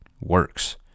works